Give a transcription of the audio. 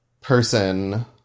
person